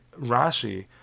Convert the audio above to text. Rashi